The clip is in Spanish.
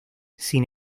sin